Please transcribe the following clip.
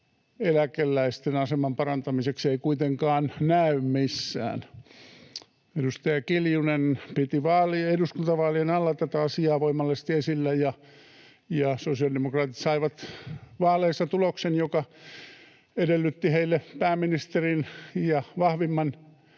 eläkeläisten aseman parantamiseksi ei kuitenkaan näy missään? Edustaja Kiljunen piti eduskuntavaalien alla tätä asiaa voimallisesti esillä, ja sosiaalidemokraatit saivat vaaleissa tuloksen, joka edellytti heille pääministerin ja vahvimman